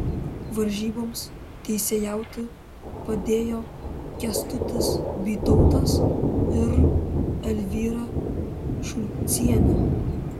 varžyboms teisėjauti padėjo kęstutis bytautas ir elvyra šulcienė